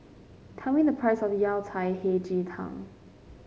tell me the price of Yao Cai Hei Ji Tang